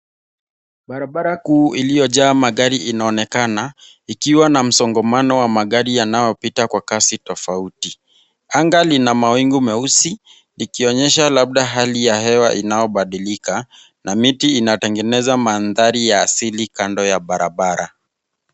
Barabara kuu iliyojaa magari inaonekana ikiwa na msongamano wa magari inayopita kwa kasi tofauti. Anga lina wawingu meusi ikionyesha labda hali ya hewa inaobadilika na miti inatengeneza maandhari ya asili kando ya barabara.